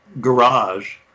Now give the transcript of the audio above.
garage